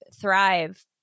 thrive